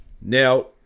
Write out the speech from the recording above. Now